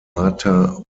marta